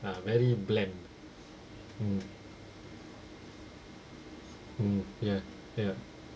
ah very bland mm mm ya ya